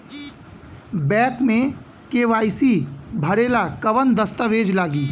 Bank मे KYC भरेला कवन दस्ता वेज लागी?